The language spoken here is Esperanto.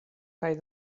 kaj